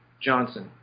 Johnson